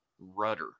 rudder